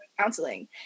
counseling